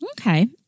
Okay